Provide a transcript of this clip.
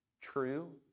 true